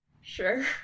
Sure